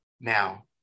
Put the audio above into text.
now